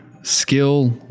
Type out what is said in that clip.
Skill